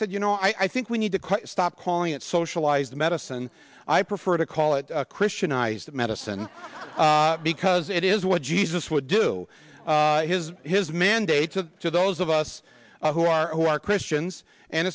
said you know i think we need to quite stop calling it socialized medicine i prefer to call it christianized medicine because it is what jesus would do his his mandate to to those of us who are who are christians and